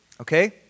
Okay